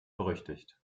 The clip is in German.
berüchtigt